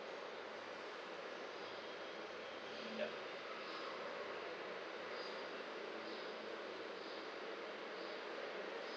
ya